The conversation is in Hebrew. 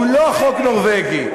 הוא לא חוק נורבגי,